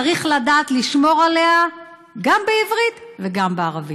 צריך לדעת לשמור עליה גם בעברית וגם בערבית.